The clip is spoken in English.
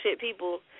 people